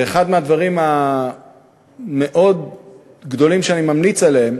ואחד מהדברים המאוד-גדולים, שאני ממליץ עליהם,